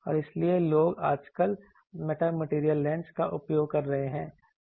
और इसलिए लोग आजकल मेटामेटीरियल लेंस का उपयोग कर रहे हैं